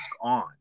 on